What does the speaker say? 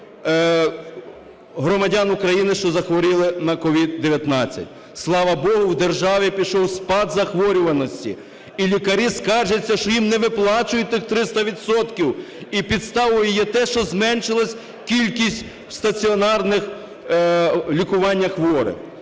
громадян України, що захворіли на COVID-19. Слава Богу, в державі пішов спад захворюваності, і лікарі скаржаться, що їм не виплачують тих 300 відсотків, і підставою є те, що зменшилась кількість стаціонарних, лікування хворих.